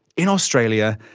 in australia,